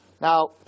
Now